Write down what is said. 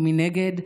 ומנגד,